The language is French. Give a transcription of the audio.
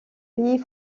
pays